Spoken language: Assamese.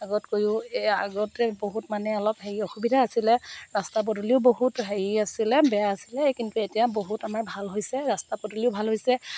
আগতকৈও এই আগতে বহুত মানে অলপ হেৰি অসুবিধা আছিলে ৰাস্তা পদূলিও বহুত হেৰি আছিলে বেয়া আছিলে এই কিন্তু এতিয়া বহুত আমাৰ ভাল হৈছে ৰাস্তা পদূলিও ভাল হৈছে